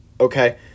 okay